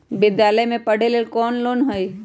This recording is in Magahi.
विद्यालय में पढ़े लेल कौनो लोन हई?